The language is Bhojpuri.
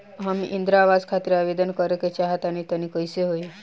हम इंद्रा आवास खातिर आवेदन करे क चाहऽ तनि कइसे होई?